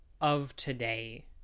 of-today